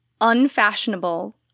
unfashionable